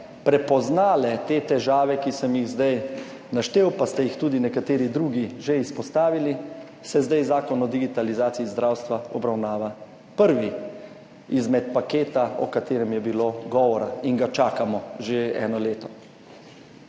prepoznale te težave, ki sem jih zdaj naštel, pa ste jih tudi nekateri drugi že izpostavili, se zdaj Zakon o digitalizaciji zdravstva obravnava prvi izmed paketa o katerem je bilo govora in ga čakamo že eno leto.